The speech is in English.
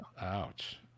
Ouch